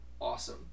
awesome